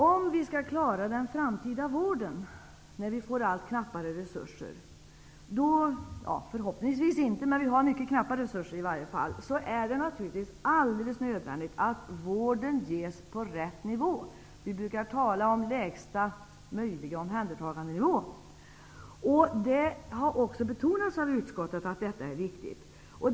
Om vi skall klara vården i framtiden när vi får allt knappare resurser -- förhoppningsvis minskar inte resurserna, men vi har hur som helst mycket knappa resurser -- är det naturligtvis helt nödvändigt att vården ges på rätt nivå. Vi brukar tala om lägsta möjliga omhändertagandenivå. Det har också betonats av utskottet att detta är viktigt.